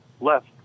Left